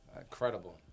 Incredible